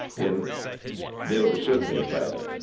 then then it was certainly a failure.